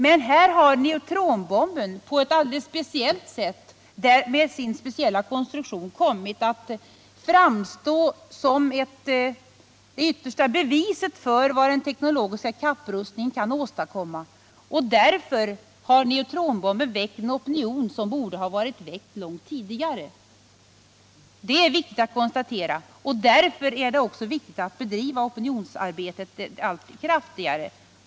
Men neutronbomben har med sin speciella konstruktion kommit att framstå som det yttersta beviset för vad den teknologiska kapprustningen kan åstadkomma, och därför har neutronbomben väckt en opinion som borde ha väckts långt tidigare. Det är viktigt att konstatera detta, och därför är det viktigt att bedriva opinionsarbetet allt kraftigare.